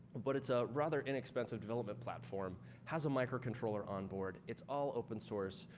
but it's a rather inexpensive development platform has a microcontroller on board. it's all open source.